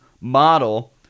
model